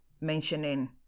mentioning